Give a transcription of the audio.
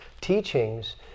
teachings